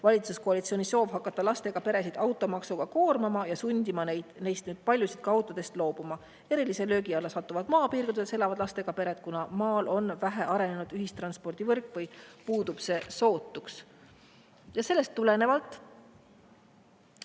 valitsuskoalitsiooni soov hakata lastega peresid automaksuga koormama ja sundima neist paljusid autodest ka loobuma. Erilise löögi alla satuvad maapiirkondades elavad lastega pered, kuna maal on vähe arenenud ühistranspordivõrk või puudub see sootuks. Sellest tulenevalt